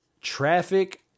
Traffic